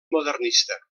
modernista